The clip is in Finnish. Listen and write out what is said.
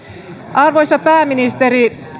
arvoisa pääministeri